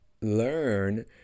learn